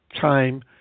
time